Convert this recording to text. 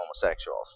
homosexuals